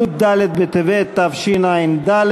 י"ד בטבת תשע"ד,